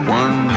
one